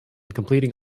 completing